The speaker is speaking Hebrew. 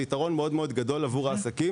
זה יתרון מאוד גדול לעסקים,